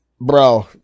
Bro